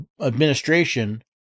administration